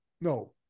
No